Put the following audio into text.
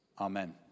Amen